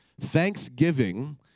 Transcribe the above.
Thanksgiving